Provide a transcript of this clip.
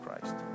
Christ